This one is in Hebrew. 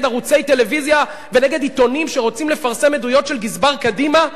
ערוצי טלוויזיה ונגד עיתונים שרוצים לפרסם עדויות של גזבר קדימה?